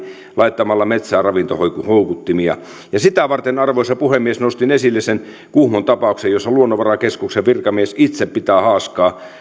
laittamalla metsään ravintohoukuttimia ja sitä varten arvoisa puhemies nostin esille sen kuhmon tapauksen jossa luonnonvarakeskuksen virkamies itse pitää haaskaa